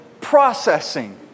processing